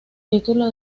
título